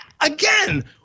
again